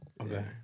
Okay